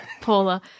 Paula